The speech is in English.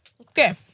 Okay